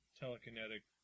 telekinetic